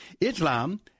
Islam